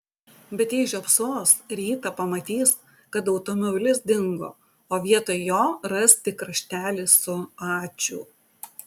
bet jei žiopsos rytą pamatys kad automobilis dingo o vietoj jo ras tik raštelį su ačiū